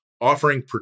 offering